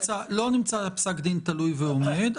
לא נמצא פסק דין תלוי ועומד.